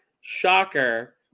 Shocker